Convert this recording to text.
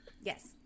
Yes